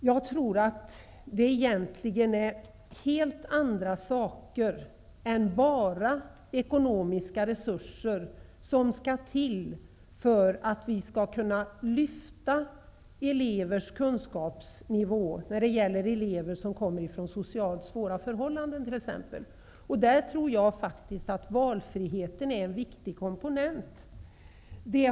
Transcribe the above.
Det är nog helt andra faktorer än bara ekonomiska resurser som skall till för att vi skall kunna höja elevers kunskapsnivå, t.ex. när det gäller elever som kommer från svåra sociala förhållanden. Jag tror att valfriheten är en viktig komponent.